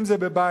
אם זה בבית,